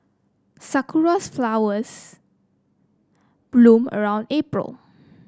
sakuras flowers bloom around April